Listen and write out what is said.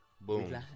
Boom